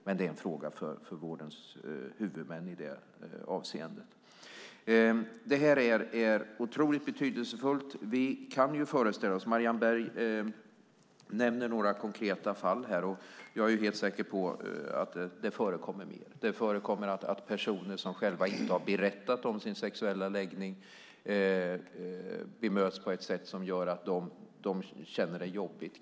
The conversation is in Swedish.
Det är dock en fråga för vårdens huvudmän. Det vi diskuterar är oerhört betydelsefullt. Marianne Berg nämner några konkreta fall, och jag är helt säker på att det förekommer fler. Det förekommer att personer som inte berättat om sin sexuella läggning bemöts på ett sätt som känns jobbigt.